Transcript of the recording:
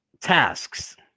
tasks